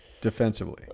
defensively